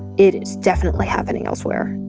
it is definitely happening elsewhere.